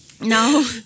No